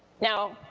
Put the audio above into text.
now